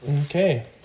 Okay